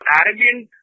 arrogant